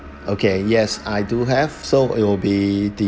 okay yes I do have so it'll be